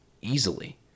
easily